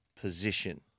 position